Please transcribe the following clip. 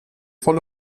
voll